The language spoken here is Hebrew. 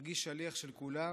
מרגיש שליח של כולם,